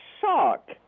shock